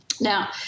Now